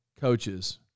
coaches